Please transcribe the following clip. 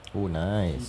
oh nice